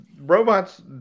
robots